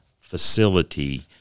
facility